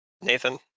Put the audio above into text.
Nathan